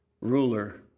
ruler